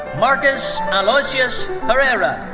marcus aloysius pereira.